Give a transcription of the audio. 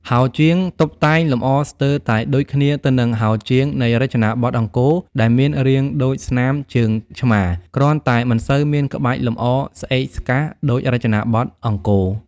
ហោជាង តុបតែងលម្អស្ទើរតែដូចគ្នាទៅនឹងហោជាងនៃរចនាបថអង្គរដែរមាន រាងដូចស្នាមជើងឆ្មា គ្រាន់តែមិនសូវមានក្បាច់លម្អស្អេកស្កះដូចរចនាបថ អង្គរ។